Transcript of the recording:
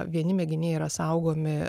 vieni mėginiai yra saugomi